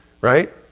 Right